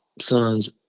sons